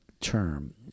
term